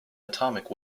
atomic